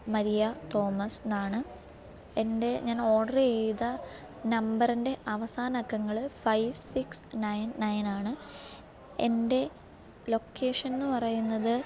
Maria Thomas എന്നാണ് എൻ്റെ ഞാൻ ഓഡറ് ചെയ്ത നമ്പറിൻ്റെ അവസാന അക്കങ്ങൾ ഫൈവ് സിക്സ് നയൻ നയനാണ് എൻ്റെ ലൊക്കേഷൻ എന്ന് പറയുന്നത്